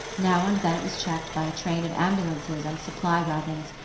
now and then it was checked by a train of ambulances and supply-waggons,